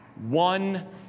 one